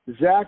Zach